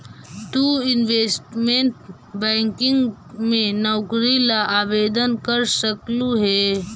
तु investment banking में नौकरी ला आवेदन कर सकलू हे